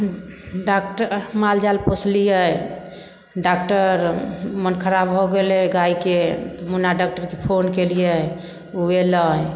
doctor मालजाल पोसलियै doctor मोन खराब भऽ गेलै गायके तऽ मुन्ना डॉक्टरके फोन कयलियै उ अयलै